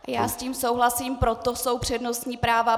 Já s tím souhlasím, proto jsou přednostní práva.